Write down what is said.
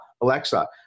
Alexa